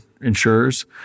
insurers